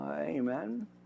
amen